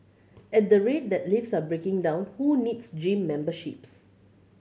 at the rate that lifts are breaking down who needs gym memberships